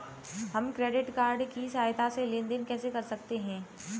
हम credit card की सहायता से लेन देन कैसे कर सकते हैं?